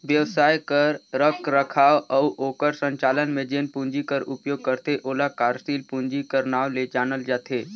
बेवसाय कर रखरखाव अउ ओकर संचालन में जेन पूंजी कर उपयोग करथे ओला कारसील पूंजी कर नांव ले जानल जाथे